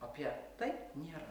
apie taip nėra